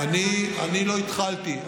אני לא התחלתי,